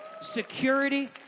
security